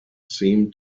seem